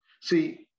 See